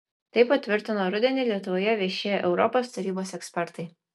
tai patvirtino rudenį lietuvoje viešėję europos tarybos ekspertai